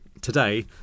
today